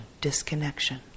disconnection